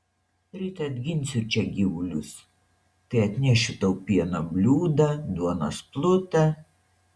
ryt atginsiu čia gyvulius tai atnešiu tau pieno bliūdą duonos plutą